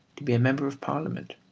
to be a member of parliament,